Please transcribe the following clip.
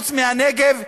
חוץ מהנגב,